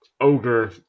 ogre